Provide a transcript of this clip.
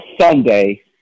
Sunday